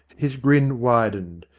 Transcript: his grin widened,